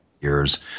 years